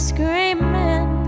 Screaming